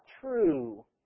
true